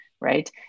right